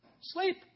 sleep